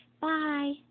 Bye